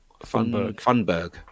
Funberg